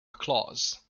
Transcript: clause